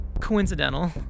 coincidental